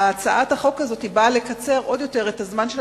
הצעת החוק הזאת באה לקצר עוד יותר את זמן האישור של